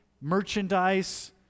merchandise